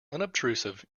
unobtrusive